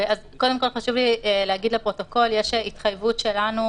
אז קודם כל חשוב לי להגיד לפרוטוקול: יש התחייבות שלנו